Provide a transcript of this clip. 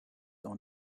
own